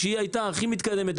שהיא הייתה הכי מתקדמת,